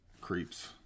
creeps